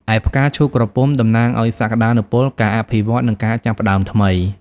ឯផ្កាឈូកក្រពុំ តំណាងឱ្យសក្ដានុពល ការអភិវឌ្ឍន៍ និងការចាប់ផ្តើមថ្មី។